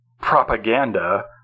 propaganda